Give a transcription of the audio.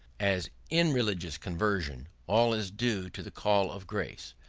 as in religious conversion all is due to the call of grace,